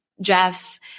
Jeff